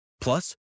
Plus